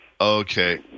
okay